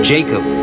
Jacob